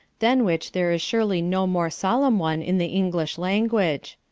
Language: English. than which there is surely no more solemn one in the english language.